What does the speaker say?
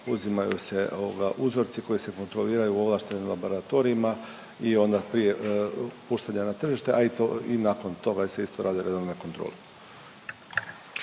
uzimaju se uzroci koji se kontroliraju u ovlaštenim laboratorijima i onda prije puštanja na tržište, a i nakon toga se isto rade redovne kontrole.